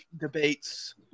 debates